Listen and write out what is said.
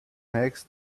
next